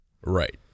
Right